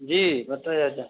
जी बताएल जाए